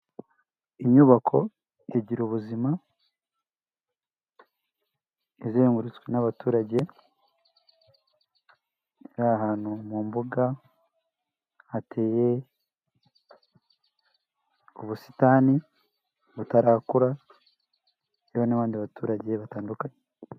Inyubako igira ubuzima izengurutswe n'abaturage ari ahantu mu mbuga hateye ubusitani butarakura hari n'abandi baturage batandukanye.